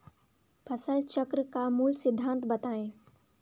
फसल चक्र का मूल सिद्धांत बताएँ?